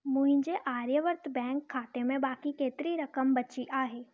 मुंहिंजे आर्यावर्त बैंक खाते में बाकी केतिरी रक़म बची आहे